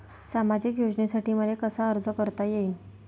सामाजिक योजनेसाठी मले कसा अर्ज करता येईन?